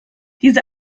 diese